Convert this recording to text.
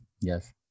Yes